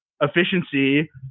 efficiency